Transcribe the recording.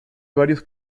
varios